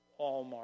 Walmart